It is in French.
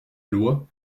loi